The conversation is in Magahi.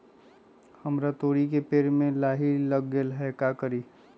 हमरा तोरी के पेड़ में लाही लग गेल है का करी?